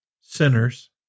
sinners